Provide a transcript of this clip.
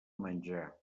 menjar